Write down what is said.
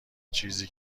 چیزی